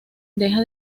deja